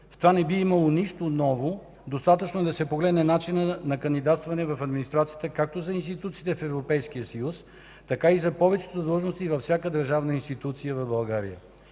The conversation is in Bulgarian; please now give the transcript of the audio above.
В това не би имало нищо ново, достатъчно е да се погледне начинът на кандидатстване в администрацията както за институциите в Европейския съюз, така и за повечето длъжности във всяка държавна институция в България.